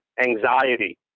Anxiety